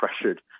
pressured